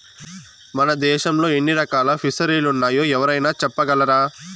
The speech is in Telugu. మన దేశంలో ఎన్ని రకాల ఫిసరీలున్నాయో ఎవరైనా చెప్పగలరా